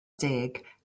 deg